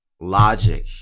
Logic